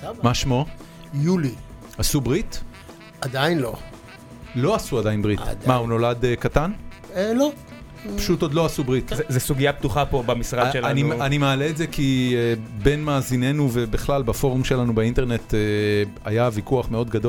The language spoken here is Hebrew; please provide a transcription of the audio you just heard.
סבא. מה שמו? יולי. עשו ברית? עדיין לא. לא עשו עדיין ברית? עדיין. מה, הוא נולד קטן? אה, לא. פשוט עוד לא עשו ברית. זה סוגיה פתוחה פה במשרד שלנו. אני מעלה את זה כי בן מאזיננו ובכלל בפורום שלנו באינטרנט היה ויכוח מאוד גדול.